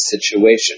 situation